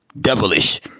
devilish